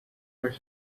patel